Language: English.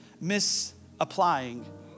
misapplying